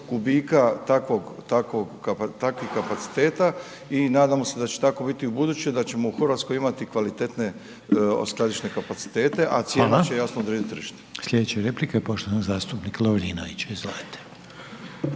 kubika takvih kapaciteta i nadamo se da će tako biti ubuduće, da ćemo u Hrvatskoj imati kvalitetne skladišne kapacitete, a cijena .../Upadica: Hvala./... će jasno odrediti tržište. **Reiner, Željko (HDZ)** Sljedeća replika je poštovanog zastupnika Lovrinovića,